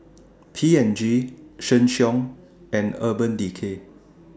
P and G Sheng Siong and Urban Decay